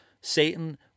Satan